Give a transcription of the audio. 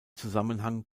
zusammenhang